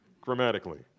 grammatically